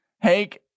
Hank